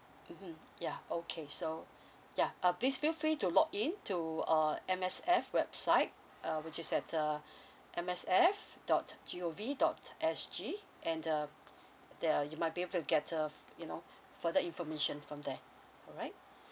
mmhmm yeah okay so yeah uh please feel free to log in to uh M_S_F website uh which is at uh M S F dot G O V dot S G and uh there uh you might be able to get uh you know further information from there alright